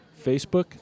Facebook